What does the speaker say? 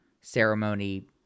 ceremony